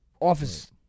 office